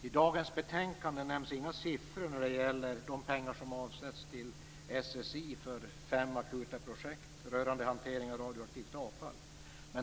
I dagens betänkande nämns inga siffror när det gäller de pengar som avsätts till SSI för fem akuta projekt rörande hantering av radioaktivt avfall.